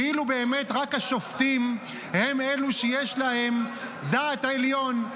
כאילו באמת רק השופטים הם אלו שיש להם דעת עליון.